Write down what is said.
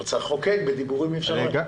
אבל צריך לחוקק, בדיבורים אי-אפשר לשנות.